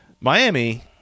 Miami